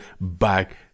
back